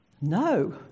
No